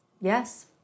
Yes